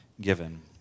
given